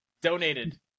donated